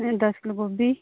दस किल्लो गोभी